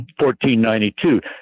1492